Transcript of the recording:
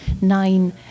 nine